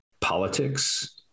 politics